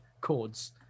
chords